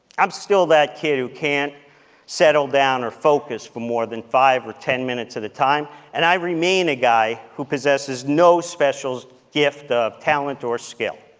i'm still that kid who can't settle down or focus for more than five or ten minutes at a time. and i remain a guy who possesses no special gift of talent or skill.